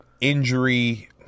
injury